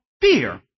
fear